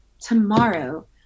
tomorrow